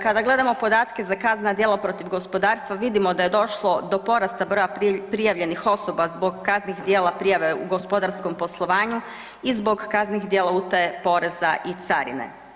Kada gledamo podatke za kaznena djela protiv gospodarstva vidimo da je došlo do porasta broja prijavljenih osoba zbog kaznenih djela prijave u gospodarskom poslovanju i zbog kaznenih djela utaje poreza i carine.